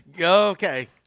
Okay